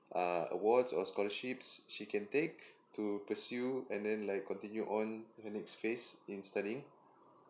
uh awards or scholarships she can take to pursue and then like continue on the next phase in studying